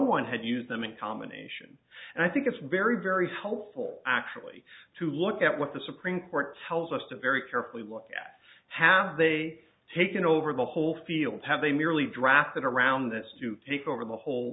one had used them in combination and i think it's very very helpful actually to look at what the supreme court tells us to very carefully look at have they taken over the whole field have they merely drafted around this to take over the whole